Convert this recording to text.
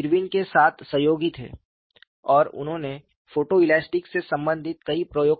Irwin के साथ सहयोगी थे और उन्होंने फोटोइलास्टिक से संबंधित कई प्रयोग किए थे